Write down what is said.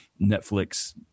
Netflix